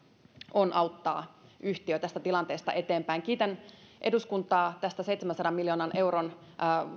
on auttaa yhtiö tästä tilanteesta eteenpäin kiitän eduskuntaa seitsemänsadan miljoonan euron